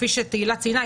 כפי שתהילה ציינה.